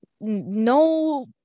no